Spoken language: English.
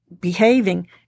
behaving